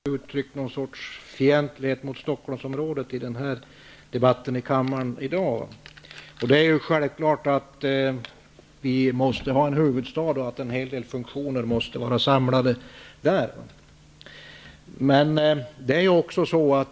Herr talman! Jag har inte hört någon uttrycka fientlighet mot Stockholmsområdet i den här debatten i kammaren. Det är självklart att vi måste ha en huvudstad och att en hel del funktioner måste vara samlade där.